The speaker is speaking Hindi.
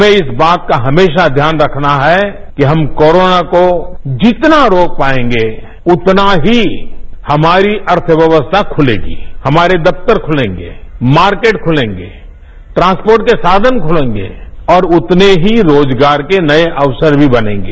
हमें इस बातका हमेशा ध्यान रखना है कि हम कोरोना को जितना रोक पाएगे उतना ही हमारी अर्थव्यवस्थाखुलेगी हमारे दफ्तर खुलेंगेमार्कट खुलेंगे ट्रांसपोर्ट के साधन खुलेंगे और उतने ही रोजगार के नए अवसरमी बनेंगे